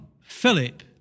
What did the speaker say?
Philip